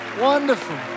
Wonderful